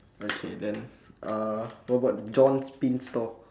okay then uh what about john's pin store